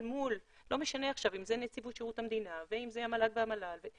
אל מול לא משנה עכשיו אם זה נציבות שירות המדינה ואם זה המל"ג והות"ת,